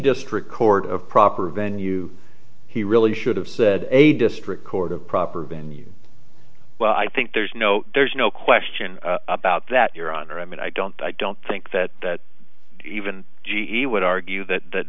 district court of proper venue he really should have said a district court a proper venue well i think there's no there's no question about that your honor i mean i don't i don't think that even g e would argue that